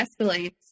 escalates